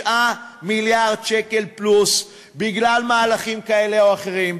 מיליארד שקל בגלל מהלכים כאלה או אחרים,